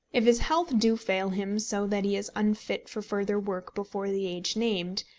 if his health do fail him so that he is unfit for further work before the age named,